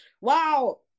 Wow